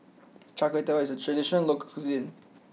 Char Kway Teow is a traditional local cuisine